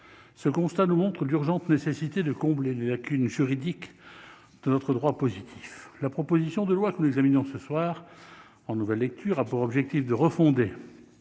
Ce constat nous montre l'urgente nécessité de combler les lacunes juridiques de notre droit positif. La proposition de loi que nous examinons ce soir en nouvelle lecture a pour objectif de refonder